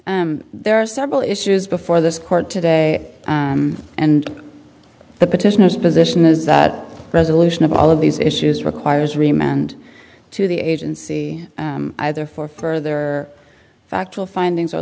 also there are several issues before this court today and the petitioners position is that resolution of all of these issues requires remind to the agency either for further factual findings